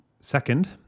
Second